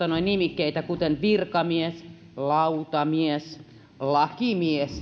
nimikkeitä kuten virkamies lautamies lakimies